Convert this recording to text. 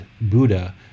Buddha